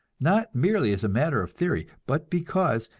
not merely as a matter of theory, but because,